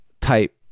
type